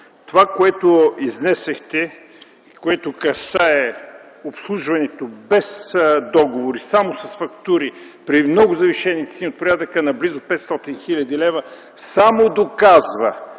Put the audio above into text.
Това, което изнесохте, което касае обслужването без договори, само с фактури при много завишени цени от порядъка на близо 500 000 лв. само доказва,